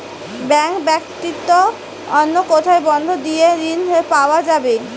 Bank ব্যাতীত অন্য কোথায় বন্ধক দিয়ে ঋন পাওয়া যাবে?